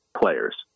players